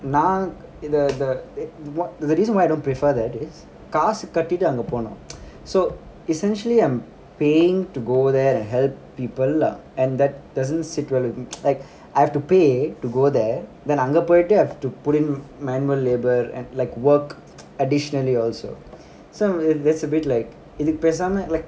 நான்இதஇதை:naan itha ithai in the the eh what the reason why I don't prefer that is காசுகட்டிட்டுஅங்கபோகணும்:kasu kadidu anga paganum so essentially I'm paying to go there to help people lah and that doesn't sit well with m~ like I have to pay to go there then அங்கபோயிட்டு:anga poidu have to put in manual labor and like work additionally also so th~ that's a bit like அங்கபோயிட்டு:anga poidu like